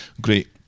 Great